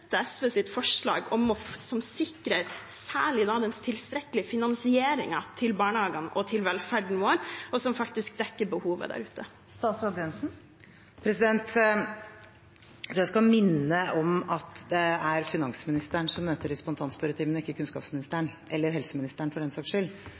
forslag, som særlig sikrer en tilstrekkelig finansiering til barnehagene og til velferden vår, og som faktisk dekker behovet der ute? Jeg tror jeg skal minne om at det er finansministeren som møter i spontanspørretimen og ikke